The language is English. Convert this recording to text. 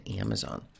Amazon